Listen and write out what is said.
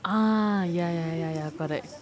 ah ya ya ya ya correct